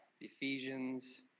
Ephesians